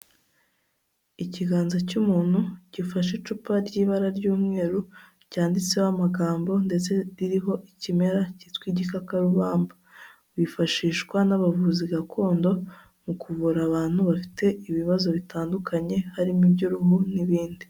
Ikiganza cy'umuntu, gifashe icupa ry'ibara ry'umweru, ryanditseho amagambo, ndetse ririho ikimera cyitwa igikakarubamba, wifashishwa n'abavuzi gakondo mu kuvura abantu bafite ibibazo bitandukanye, harimo iby'uruhu n'ibindi.